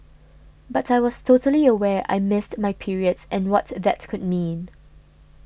but I was totally aware I missed my periods and what that could mean